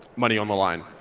money on the line.